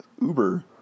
Uber